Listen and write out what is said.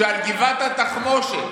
אבל לפחות הם הבינו, שעל גבעת התחמושת